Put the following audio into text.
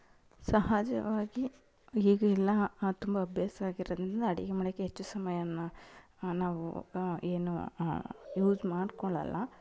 ಸಹಜವಾಗಿ ಈಗೆಲ್ಲ ತುಂಬ ಅಭ್ಯಾಸ ಆಗಿರೋದ್ರಿಂದ ಅಡಿಗೆ ಮನೆಗೆ ಹೆಚ್ಚು ಸಮಯವನ್ನು ನಾವು ಏನು ಯೂಸ್ ಮಾಡ್ಕೊಳ್ಳೋಲ್ಲ